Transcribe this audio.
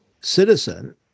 citizen